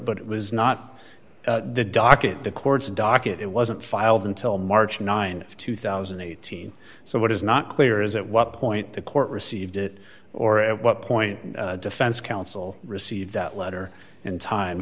but it was not the docket the court's docket it wasn't filed until march nine two thousand and eighteen so what is not clear is at what point the court received it or at what point defense counsel received that letter in time